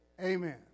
Amen